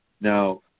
now